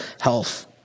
health